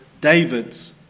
David's